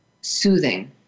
soothing